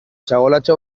txabolatxo